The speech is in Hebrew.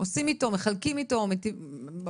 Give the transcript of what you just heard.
מה עושים איתו, מה מחלקים איתו, מה?